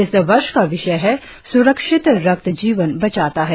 इस वर्ष का विषय है स्रक्षित रक्त जीवन बचाता है